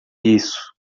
isso